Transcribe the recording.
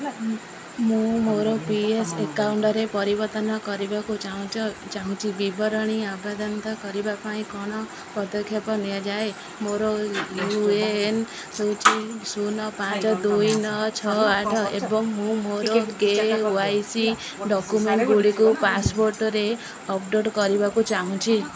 ମୁଁ ମୋର P F ଆକାଉଣ୍ଟରେ ପରିବର୍ତ୍ତନ କରିବାକୁ ଚାହୁଁଛି ବିବରଣୀକୁ କରିବା ପାଇଁ କ'ଣ ପଦକ୍ଷେପ ନିଆଯାଏ ମୋର ୟୁ ଏ ଏନ୍ ହେଉଛି ଶୂନ ପାଞ୍ଚ ଦୁଇ ନଅ ଛଅ ଆଠ ଏବଂ ମୁଁ ମୋର କେ ୱାଇ ସି ଡକ୍ୟୁମେଣ୍ଟ ଗୁଡ଼ିକୁ ପାସପୋର୍ଟରେ ଅପଡ଼େଟ୍ କରିବାକୁ ଚାହୁଁଛି